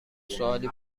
سوالی